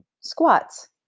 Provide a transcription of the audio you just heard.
Squats